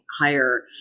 Higher